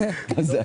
בסדר.